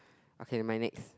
okay never mind next